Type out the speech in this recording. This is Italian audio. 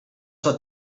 sua